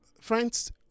friends